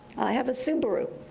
i have a subaru.